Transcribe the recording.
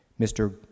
Mr